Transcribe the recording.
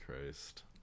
Christ